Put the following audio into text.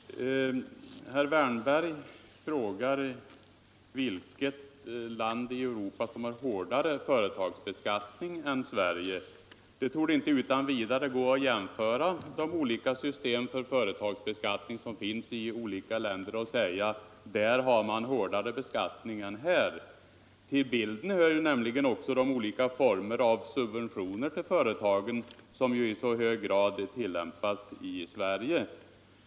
Herr talman! Herr Wärnberg frågar vilket land i Europa som har hårdare företagsbeskattning än Sverige. Det torde inte utan vidare gå att jämföra de olika system för företagsbeskattning som finns i olika länder och säga, att där har man hårdare beskattning än här. Till bilden hör nämligen också de olika former av subventioner till företagen som i så hög grad förekommer i Sverige.